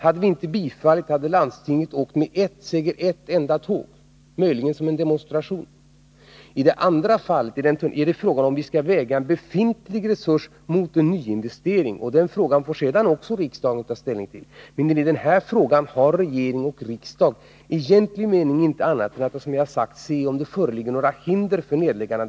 Hade vi där inte lämnat bifall, hade landstinget trafikerat denna linje med ett enda tåg, möjligen som en demonstration. I det andra fallet gäller det om vi skall väga en befintlig resurs mot en nyinvestering. Den frågan får riksdagen senare ta ställning till. Men i denna fråga har regeringen och riksdagen i egentlig mening inte kunnat göra annat än att se om det föreligger några hinder för ett nedläggande.